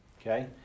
Okay